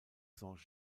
saint